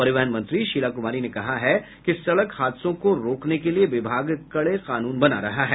परिवहन मंत्री शीला कुमारी ने कहा है कि सड़क हादसों को रोकने के लिए विभाग कड़े कानून बना रहा है